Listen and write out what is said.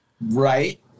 Right